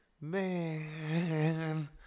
man